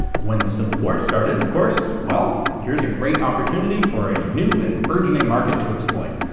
when the civil war started of course, well, here's a great opportunity for a new and burgeoning market to exploit,